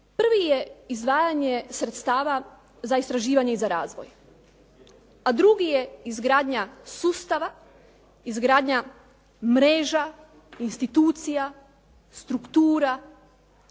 Prvi je izdvajanje sredstava za istraživanje i za razvoj, a drugi je izgradnja sustava, izgradnja mreža institucija, struktura